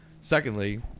Secondly